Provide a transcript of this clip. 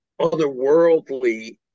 otherworldly